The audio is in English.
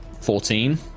fourteen